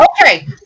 Okay